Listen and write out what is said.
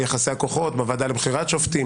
יחסי הכוחות בוועדה לבחירת שופטים,